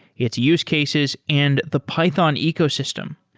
its use cases and the python ecosystem.